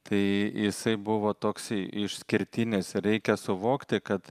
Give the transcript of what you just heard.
tai jisai buvo toks išskirtinis reikia suvokti kad